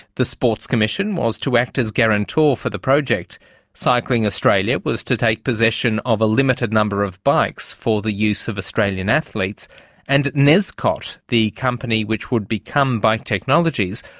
the sports commission was to act as guarantor for the project cycling australia was to take possession of a limited number of bikes for the use of australian athletes and nezkot, the company which would become bike technologies,